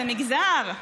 הם מגזר?